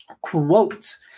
Quote